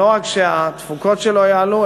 לא רק שהתפוקות לא יעלו,